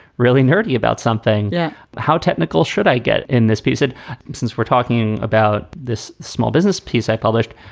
really nerdy about something? yeah how technical should i get in this piece? ah since we're talking about this this small business piece i published,